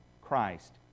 Christ